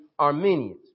Armenians